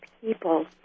people